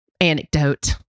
anecdote